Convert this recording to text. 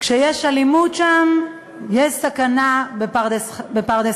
כשיש אלימות שם, יש סכנה בפרדס-חנה.